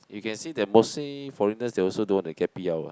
you can see that mostly foreigners they also don't want to get P_R what